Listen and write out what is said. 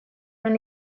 non